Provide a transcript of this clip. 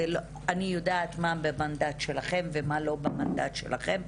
אני יודעת מה במנדט שלכם ומה לא במנדט שלכם.